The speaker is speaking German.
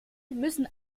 müssen